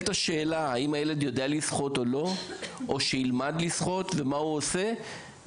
אם הילד יודע לשחות או לא או שילמד לשחות ומה הוא עושה,